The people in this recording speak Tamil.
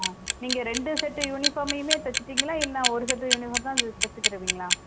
ஆ நீங்கள் ரெண்டு செட்டு யூனிஃபார்மையுமே தச்சிட்டிங்களா இல்லை ஒரு செட்டு யூனிஃபார்ம் தான் தெ தச்சி தருவீங்களா